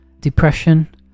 depression